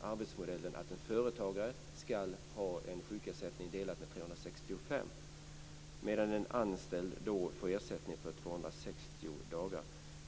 arbetsmodellen att en företagares sjukpenninggrundande inkomst skall delas med 365, medan en anställds sjukpenninggrundande inkomst delas med 260 dagar.